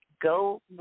go